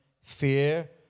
fear